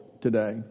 today